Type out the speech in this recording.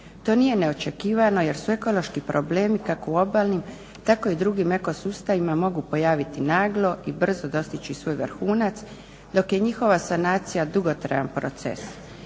To nije neočekivano jer sve ekološki problemi kako u obalnim tako i u drugim eko sustavima mogu pojaviti naglo i brzo dostići svoj vrhunac, dok je njihova sanacija dugotrajan proces.